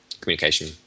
communication